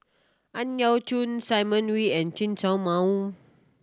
Ang Yau Choon Simon Wee and Chen Show Mao